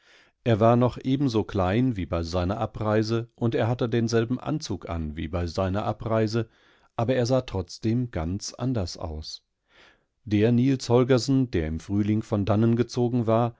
mitdenhörnernnachihmzustoßen abersiewarnicht mehr so hitzig wie früher sondern ließ sich zeit niels holgersen zu betrachten ehesieihnaufdiehörnernahm erwarnochebensokleinwiebei seinerabreise underhattedenselbenanzuganwiebeiseinerabreise aber er sah trotzdem ganz anders aus der niels holgersen der im frühling von dannen gezogen war